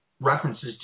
references